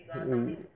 mm